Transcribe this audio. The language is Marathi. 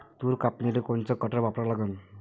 तूर कापनीले कोनचं कटर वापरा लागन?